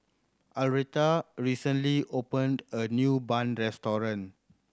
Arletta recently opened a new bun restaurant